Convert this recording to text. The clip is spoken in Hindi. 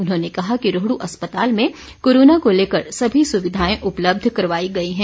उन्होने कहा कि रोहडू अस्पताल में कोरोना को लेकर सभी सुविधाएं उपलब्ध करवाई गई हैं